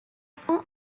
cent